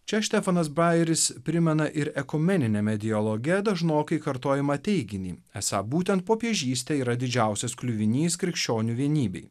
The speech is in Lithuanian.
čia stefanas baikeris primena ir ekumeniniame dialoge dažnokai kartojamą teiginį esą būtent popiežystė yra didžiausias kliuvinys krikščionių vienybei